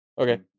Okay